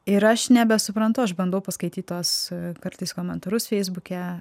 ir aš nebesuprantu aš bandau paskaityt tuos kartais komentarus feisbuke